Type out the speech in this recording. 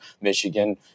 Michigan